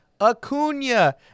Acuna